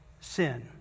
sin